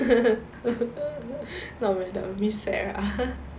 not madam miss sarah